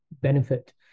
benefit